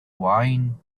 wine